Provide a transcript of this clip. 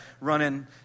running